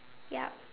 yup